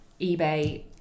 eBay